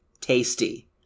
Tasty